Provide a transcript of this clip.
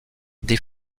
des